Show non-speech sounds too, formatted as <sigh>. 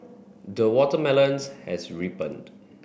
the watermelons has <unintelligible>